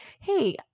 hey